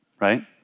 Right